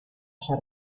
allá